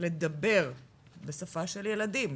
לדבר בשפה של ילדים,